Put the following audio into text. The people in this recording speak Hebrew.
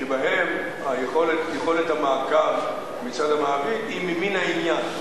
שבהם יכולת המעקב מצד המעביד היא ממין העניין.